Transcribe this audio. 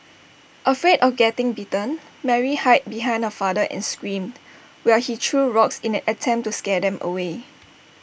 afraid of getting bitten Mary hide behind her father and screamed while he threw rocks in an attempt to scare them away